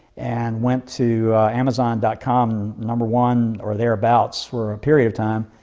and went to amazon dot com number one or thereabouts for a period of time.